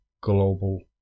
global